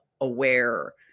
aware